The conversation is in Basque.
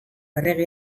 errege